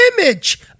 image